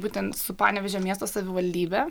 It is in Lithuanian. būtent su panevėžio miesto savivaldybe